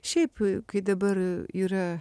šiaip kai dabar yra